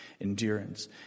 endurance